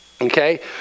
okay